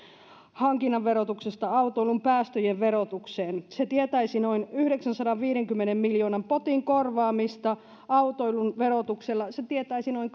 hankinnan verotuksesta autoilun päästöjen verotukseen se tietäisi noin yhdeksänsadanviidenkymmenen miljoonan potin korvaamista autoilun verotuksella se tietäisi noin